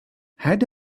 had